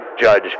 Judge